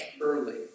early